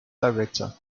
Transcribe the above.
director